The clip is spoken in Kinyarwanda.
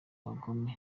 abagome